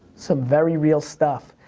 some very real stuff.